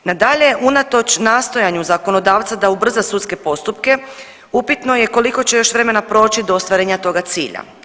Nadalje, unatoč nastojanju zakonodavca da ubrza sudske postupke upitno je koliko će još vremena proći do ostvarenja toga cilja.